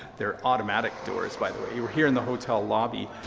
they're automatic doors, by the way. we're here in the hotel lobby.